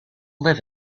live